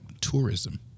tourism